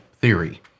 theory